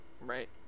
Right